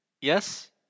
Yes